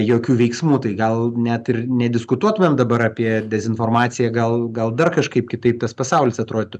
jokių veiksmų tai gal net ir nediskutuotumėm dabar apie dezinformaciją gal gal dar kažkaip kitaip tas pasaulis atrodytų